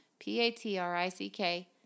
P-A-T-R-I-C-K